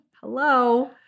Hello